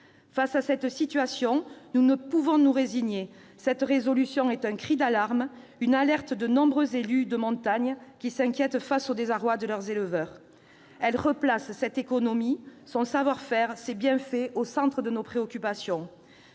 Face à cette situation, nous ne pouvons nous résigner. Cette proposition de résolution est un cri d'alarme, une alerte de nombreux élus de montagne qui s'inquiètent face au désarroi de leurs éleveurs. Elle vise à replacer cette économie, son savoir-faire et ses bienfaits au centre de nos préoccupations.